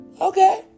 Okay